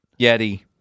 Yeti